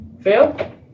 Fail